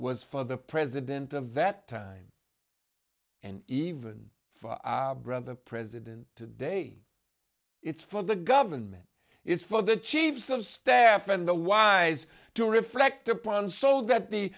was for the president of that time and even brother president today it's for the government is for the chiefs of staff and the wise to reflect upon so that the